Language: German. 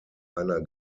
einer